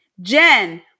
Jen